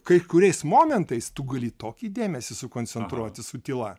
kai kuriais momentais tu gali tokį dėmesį sukoncentruoti su tyla